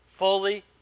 fully